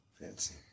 Fancy